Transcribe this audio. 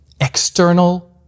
external